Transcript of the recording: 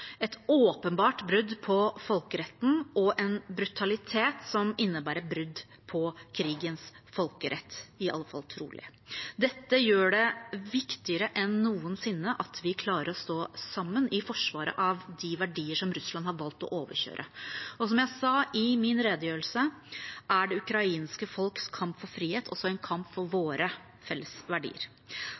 et åpenbart brudd på folkeretten, med en brutalitet som innebærer brudd på krigens folkerett – iallfall trolig. Dette gjør det viktigere enn noensinne at vi klarer å stå sammen i forsvaret av de verdier som Russland har valgt å overkjøre. Og som jeg sa i min redegjørelse, er det ukrainske folks kamp for frihet også en kamp for våre